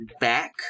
back